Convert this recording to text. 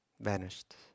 vanished